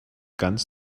ganz